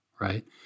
right